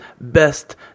Best